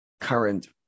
current